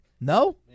No